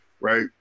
right